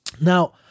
Now